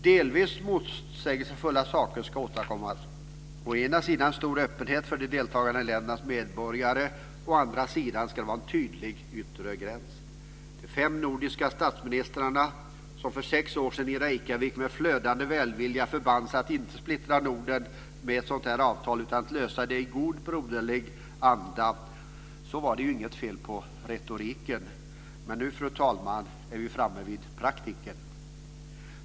Delvis motsägelsefulla saker ska åstadkommas. Å ena sidan en stor öppenhet för de deltagande ländernas medborgare, å andra sidan ska det vara en tydlig yttre gräns. När de fem nordiska statsministrarna för sex år sedan i Reykjavik med flödande välvilja förband sig att inte splittra Norden med ett sådant här avtal utan lösa det i god broderlig anda var det inget fel på retoriken. Men nu, fru talman, är vi framme vid praktiken.